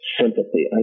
sympathy